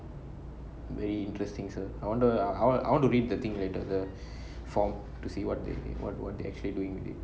very interesting sir I wonder I want I want to read the thing later the the form to see what they what what were they actually doing already